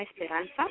Esperanza